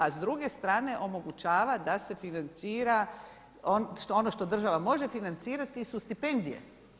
A s druge strane omogućava da se financira ono što države može financirati a to su stipendije.